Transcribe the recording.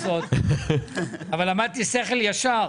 אבל למדתי שכל ישר.